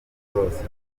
zose